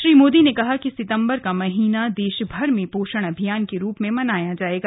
श्री मोदी ने कहा कि सितम्बर का महीना देशभर में पोषण अभियान के रूप में मनाया जाएगा